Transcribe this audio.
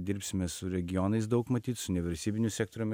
dirbsime su regionais daug matyt su nevalstybiniu sektoriumi